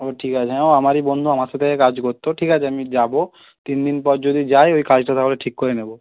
ও ঠিক আছে হ্যাঁ ও আমারই বন্ধু আমার সাথে কাজ করত ঠিক আছে আমি যাব তিন দিন পর যদি যাই ওই কাজটা তাহলে ঠিক করে নেব